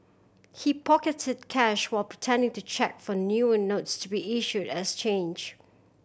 he pocketed cash while pretending to check for newer notes to be issued as change